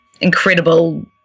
incredible